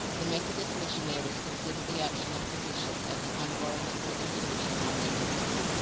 the methodist missionaries considered the action of the bishop as an unwarrantable intrusion on their domain,